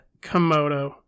Komodo